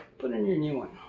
put in your new one.